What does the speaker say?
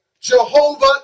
Jehovah